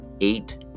eight